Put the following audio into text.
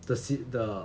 the sit the